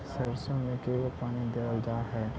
सरसों में के गो पानी देबल जा है?